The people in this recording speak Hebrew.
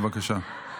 בבקשה.